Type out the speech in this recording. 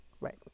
Right